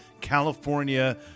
California